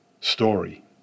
story